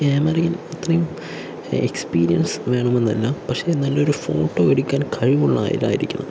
ക്യാമറയും അത്രയും എക്സ്പീരിയൻസ് വേണമെന്നല്ല പക്ഷെ നല്ലൊരു ഫോട്ടോ എടുക്കാൻ കഴിവുള്ള ആൾ ആയിരിക്കണം